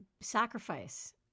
sacrifice